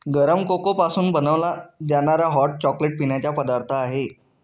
गरम कोको पासून बनवला जाणारा हॉट चॉकलेट पिण्याचा पदार्थ आहे